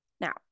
Now